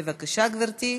בבקשה, גברתי.